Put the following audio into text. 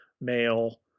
male